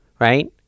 right